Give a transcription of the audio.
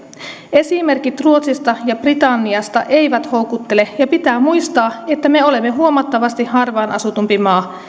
esimerkit ruotsista ja britanniasta eivät houkuttele ja pitää muistaa että me olemme huomattavasti harvaan asutumpi maa